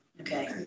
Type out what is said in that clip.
Okay